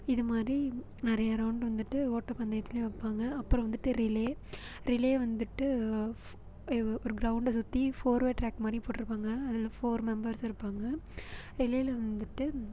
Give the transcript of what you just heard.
இதுமாதிரி நிறைய ரவுண்டு வந்துட்டு ஓட்டப் பந்தயத்திலையும் வைப்பாங்க அப்புறம் வந்துட்டு ரிலே ரிலே வந்துட்டு ஒரு கிரௌண்டை சுற்றி ஃபோர் வே ட்ராக் மாதிரி போட்டிருப்பாங்க அதில் ஃபோர் மெம்பர்ஸ் இருப்பாங்கள் ரிலேல வந்துட்டு